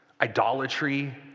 idolatry